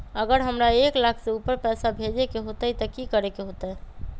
अगर हमरा एक लाख से ऊपर पैसा भेजे के होतई त की करेके होतय?